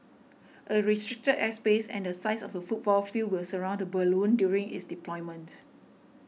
a restricted airspace and the size of a football field will surround the balloon during its deployment